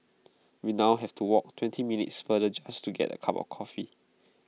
we now have to walk twenty minutes farther just to get A cup of coffee